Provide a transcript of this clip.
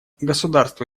государства